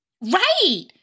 Right